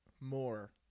more